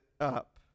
Up